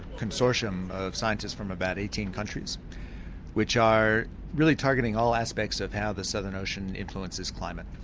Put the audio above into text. consortium of scientists from about eighteen countries which are really targeting all aspects of how the southern ocean influences climate.